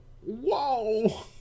whoa